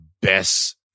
best